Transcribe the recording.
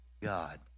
God